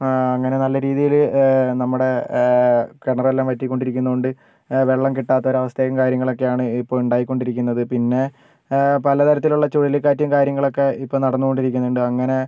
അങ്ങനെ നല്ല രീതിയിൽ നമ്മുടെ കിണറെല്ലാം വറ്റിക്കൊണ്ട് ഇരിക്കുന്നത് കൊണ്ട് വെള്ളം കിട്ടാത്ത ഒരു അവസ്ഥയും കാര്യങ്ങളുമാണ് ഇപ്പോൾ ഉണ്ടായികൊണ്ടിരിക്കുന്നത് പിന്നെ പല തരത്തിലുള്ള ചുഴലിക്കാറ്റും കാര്യങ്ങളും ഒക്കെ ഇപ്പോൾ നടന്നു കൊണ്ടിരിക്കുന്നുണ്ട് അങ്ങനെ